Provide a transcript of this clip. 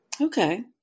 okay